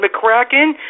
McCracken